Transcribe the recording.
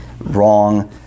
wrong